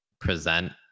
present